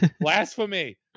Blasphemy